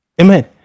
amen